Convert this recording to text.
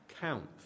count